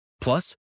Plus